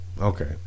okay